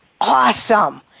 awesome